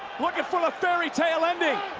looking from a fairytail ending,